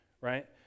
right